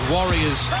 Warriors